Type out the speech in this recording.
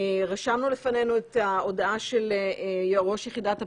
רשמנו לפנינו את ההודעה של ראש יחידת הפיצוח,